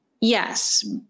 Yes